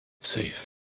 safe